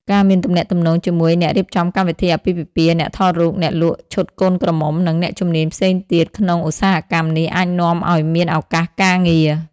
ការមានទំនាក់ទំនងជាមួយអ្នករៀបចំកម្មវិធីអាពាហ៍ពិពាហ៍ អ្នកថតរូប អ្នកលក់ឈុតកូនក្រមុំ និងអ្នកជំនាញផ្សេងទៀតក្នុងឧស្សាហកម្មនេះអាចនាំឱ្យមានឱកាសការងារ។